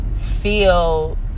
feel